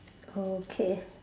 oh okay